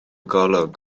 golwg